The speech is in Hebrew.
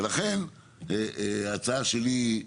ולכן ההצעה שלי,